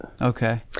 Okay